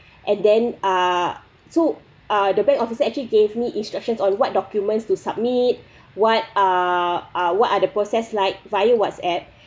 and then err so uh the bank officer actually gave me instructions on what documents to submit what err uh what are the process like via whatsapp